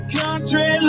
country